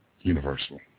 universal